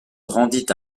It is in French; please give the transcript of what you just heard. rendit